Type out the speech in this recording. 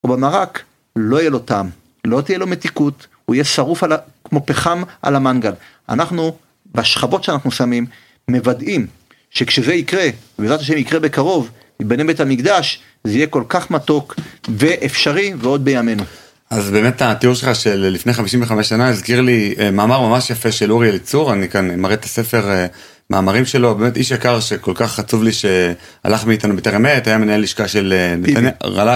ובמרק לא יהיה לו טעם, לא תהיה לו מתיקות, הוא יהיה שרוף כמו פחם על המנגל, אנחנו בשכבות שאנחנו שמים מוודאים שכשזה יקרה, ובעזרת ה' זה יקרה בקרוב, יבנה בית המקדש, זה יהיה כל כך מתוק ואפשרי ועוד בימינו. אז באמת התיאור שלך של לפני 55 שנה הזכיר לי מאמר ממש יפה של אורי אליצור, אני כאן מראה את הספר, מאמרים שלו, באמת איש יקר שכל כך עצוב לי שהלך מאיתנו בטרם עת, היה מנהל לשכה של...